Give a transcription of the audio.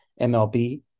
mlb